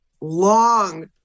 long